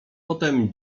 potem